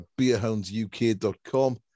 BeerhoundsUK.com